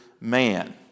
man